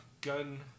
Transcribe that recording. gun